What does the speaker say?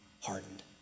hardened